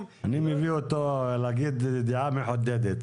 --- אני מביא אותו להגיד דעה מחודדת.